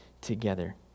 together